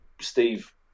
Steve